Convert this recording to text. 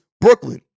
Brooklyn